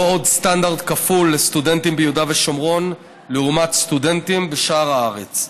לא עוד סטנדרט כפול לסטודנטים ביהודה ושומרון לעומת סטודנטים בשאר הארץ.